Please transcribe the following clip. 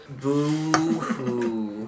boo-hoo